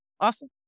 Awesome